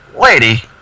Lady